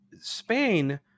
Spain